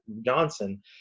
Johnson